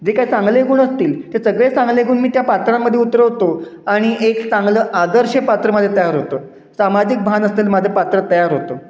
जे काय चांगले गुण असतील ते सगळेच चांगले गुण मी त्या पात्रामध्ये उतरवतो आणि एक चांगलं आदर्श पात्र माझं तयार होतं सामाजिक भान असलेल माझे पात्र तयार होतं